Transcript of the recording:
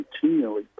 continually